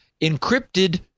encrypted